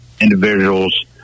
individuals